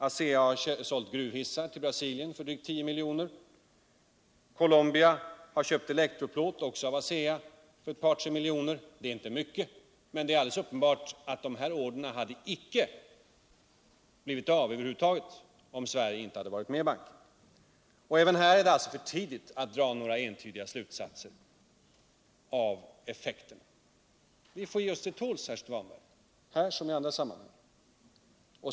ASEA har sålt gruvhissar till Brasilien för drygt 10 milj.kr. Colombia har köpt elektroplåt, också av ASEA, för ett par tre miljoner. Det är inte mycket, men det är alldeles uppenbart att dessa order över huvud taget inte blivit av om Sverige inte hade varit med i banken. Även här är det alltså för tidigt att dra några ensidiga slutsatser av effekten. Vi får ge oss till tåls, herr Svanberg, här som i andra sammanhang.